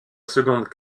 seconde